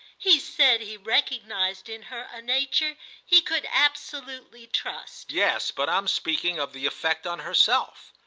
he said he recognised in her a nature he could absolutely trust. yes, but i'm speaking of the effect on herself.